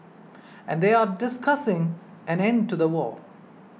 and they are discussing an end to the war